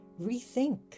rethink